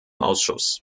ausschuss